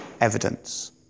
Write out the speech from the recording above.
evidence